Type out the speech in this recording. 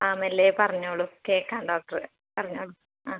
ആണല്ലേ പറഞ്ഞോളൂ കേൾക്കാം ഡോക്ടറ് പറഞ്ഞോ ആ